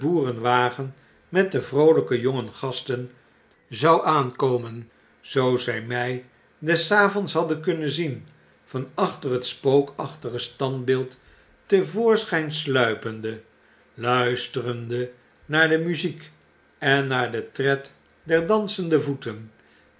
boerenwagen met de vroolyke jonge gasten zou aankomen zoo zij my des avonds hadden kunnen zien van achter het spookachtige standbeeld te voorschyn sluipende luisterende naar de muziek en naar den tred der dansende voeten